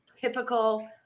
typical